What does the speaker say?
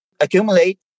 accumulate